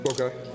Okay